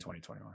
2021